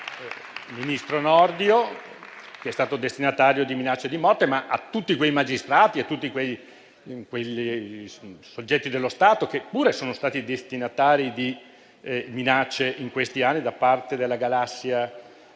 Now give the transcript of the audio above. dal ministro Nordio e che è stato destinatario di minacce di morte, ma anche a tutti quei magistrati e soggetti dello Stato che pure sono stati destinatari di minacce in questi anni da parte della galassia